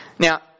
now